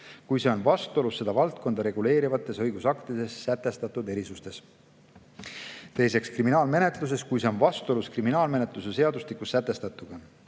kui see on vastuolus seda valdkonda reguleerivates õigusaktides sätestatud erisustega. Teiseks kriminaalmenetluses, kui see on vastuolus kriminaalmenetluse seadustikus sätestatuga.